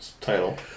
title